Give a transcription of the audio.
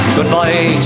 Goodbye